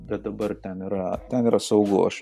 bet dabar ten yra ten yra saugu aš